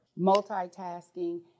multitasking